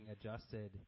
adjusted